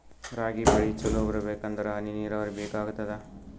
ರಾಗಿ ಬೆಳಿ ಚಲೋ ಬರಬೇಕಂದರ ಹನಿ ನೀರಾವರಿ ಬೇಕಾಗತದ?